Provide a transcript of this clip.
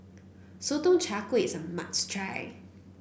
Sotong Char Kway is a must try